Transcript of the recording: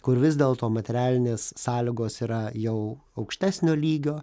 kur vis dėlto materialinės sąlygos yra jau aukštesnio lygio